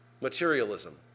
Materialism